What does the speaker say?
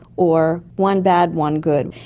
or one bad, one good.